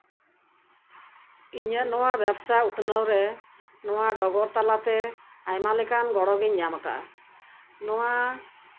ᱤᱧᱟᱹᱜ ᱱᱚᱣᱟ ᱵᱮᱵᱥᱟ ᱩᱛᱱᱟᱹᱣᱨᱮ ᱱᱚᱣᱟ ᱰᱚᱜᱚᱨ ᱛᱟᱞᱟᱛᱮ ᱟᱭᱢᱟ ᱞᱮᱠᱟᱱ ᱜᱚᱲᱚ ᱜᱤᱧ ᱧᱟᱢ ᱟᱠᱟᱫ ᱱᱚᱣᱟ